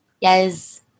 yes